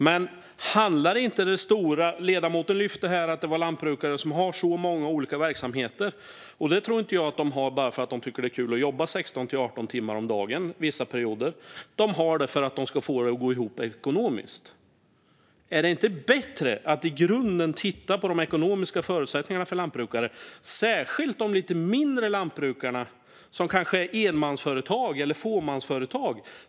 Men handlar inte det här om något annat? Ledamoten lyfter fram lantbrukare som har många olika verksamheter. Det tror inte jag att de har bara för att de tycker att det är kul att jobba 16-18 timmar om dagen vissa perioder. De har det för att få det att gå ihop ekonomiskt. Är det inte bättre att titta på de grundläggande ekonomiska förutsättningarna för lantbruk, särskilt de lite mindre lantbruken som kanske är enmansföretag eller fåmansföretag?